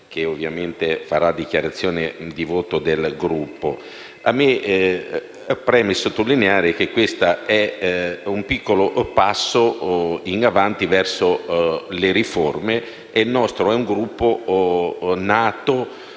a fare la dichiarazione di voto a nome del Gruppo. A me preme sottolineare che questo è un piccolo passo in avanti verso le riforme e che il nostro è un Gruppo nato